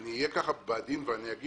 אני אהיה עדין ואומר: